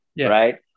right